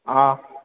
हा